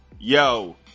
Yo